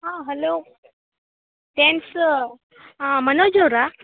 ಹಾಂ hello dance ಮನೋಜವ್ರಾ